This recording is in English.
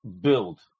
build